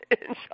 inside